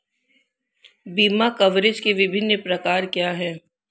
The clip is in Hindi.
बीमा कवरेज के विभिन्न प्रकार क्या हैं?